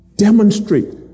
demonstrate